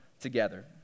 together